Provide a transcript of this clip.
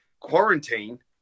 quarantine